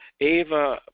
Ava